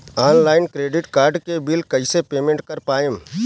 Online credit card के bill कइसे payment कर पाएम?